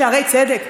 לא שערי צדק.